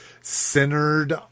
Centered